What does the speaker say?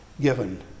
given